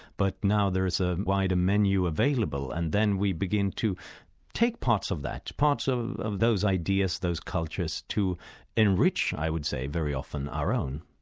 but now there is a wider menu available, and then we begin to take parts of that, parts of of those ideas, those cultures to enrich, i would say very often, our own.